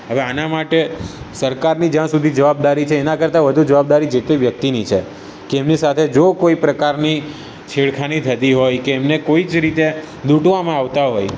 હવે આના માટે સરકારની જ્યાં સુધી જવાબદારી છે એના કરતાં વધુ જવાબદારી જે તે વ્યક્તિની છે કે એમની સાથે જો કોઈ પ્રકારની છેડખાની થતી હોય કે એમને કોઈ જ રીતે લૂંટવામાં આવતા હોય